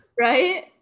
Right